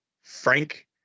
Frank